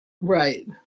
Right